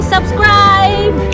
Subscribe